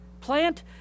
Plant